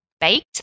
baked